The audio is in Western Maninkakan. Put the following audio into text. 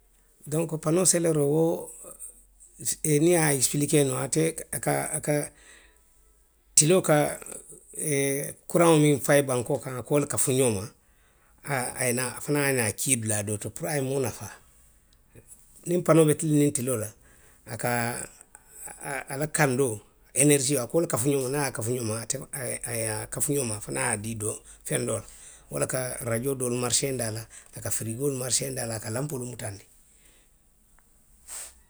Donku panoo soleeroo wo niŋ i ye a esipilikee noo ate a ka, a ka tiloo ka kuraŋo miŋ fayi bankoo kaŋ ate ka wo le kafu ňonma, haa i ye naa, i fanaŋ ye naa a kii dulaa doolu to puru a ye moo nafaa. Niŋ panoo be tilindi tiloo la, a kaa, a. a. a la kandoo, enerisio a ka wo le kafu ňonma, niŋ a ye a kafu ňonma ate, a ye, aye a kafu ňonma a fanaŋ ye a dii doo, fendoo la, wo le ka rajoo doolu mariseendi a la, a ka firigoolu mariseendi a la a ka lanpoolu mutandi